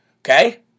Okay